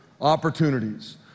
opportunities